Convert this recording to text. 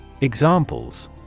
Examples